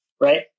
right